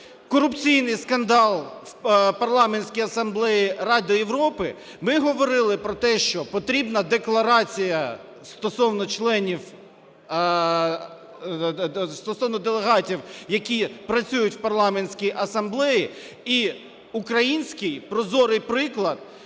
корупційний скандал у Парламентській асамблеї Ради Європи, ми говорили про те, що потрібна декларація стосовно делегатів, які працюють в Парламентській асамблеї. І український прозорий приклад,